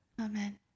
Amen